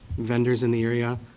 vendors in the area.